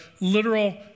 literal